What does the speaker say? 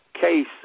case